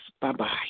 Bye-bye